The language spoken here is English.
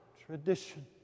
tradition